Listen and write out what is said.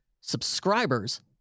subscribers